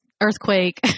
earthquake